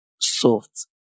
soft